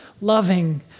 loving